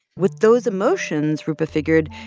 with those emotions, roopa figured,